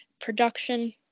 Production